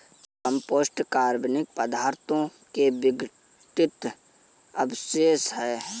compost कार्बनिक पदार्थों के विघटित अवशेष हैं